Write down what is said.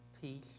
peace